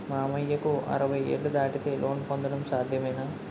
మామయ్యకు అరవై ఏళ్లు దాటితే లోన్ పొందడం సాధ్యమేనా?